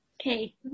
Okay